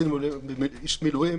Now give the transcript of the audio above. איש מילואים